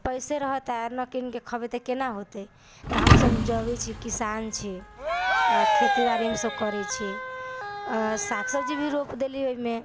पैसे रहत आ नहि कीन के खयबे तऽ केना होतै तऽ हमसब उपजबै छी किसान छी आ खेती बारी हमसब करै छी आ साग सब्जी भी रोप देली ओहिमे